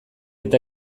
eta